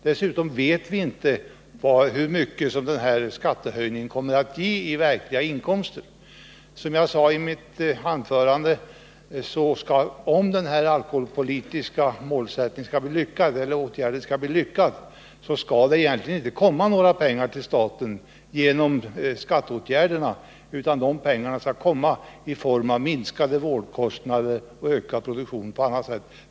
Dessutom vet vi inte hur mycket den här skattehöjningen kommer att ge i verkliga inkomster. Som jag sade i mitt huvudanförande skall det egentligen inte — om den här alkoholpolitiska åtgärden skall bli lyckad — komma några pengar till staten genom skatteåtgärderna, utan de pengarna skall komma i form av minskade vårdkostnader och ökad produktion på annat sätt.